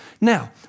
Now